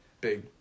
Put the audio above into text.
big